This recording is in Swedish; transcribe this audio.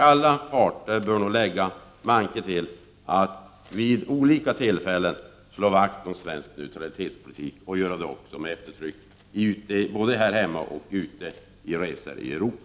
Alla parter bör lägga manken till för att i olika sammanhang med eftertryck slå vakt om den svenska neutralitetspolitiken, både här hemma och på resor ute i Europa.